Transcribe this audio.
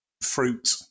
fruit